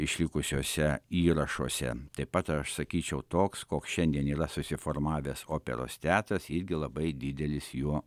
išlikusiuose įrašuose taip pat aš sakyčiau toks koks šiandien yra susiformavęs operos teatras irgi labai didelis jo nuopelnas